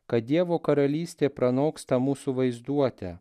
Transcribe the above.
kad dievo karalystė pranoksta mūsų vaizduotę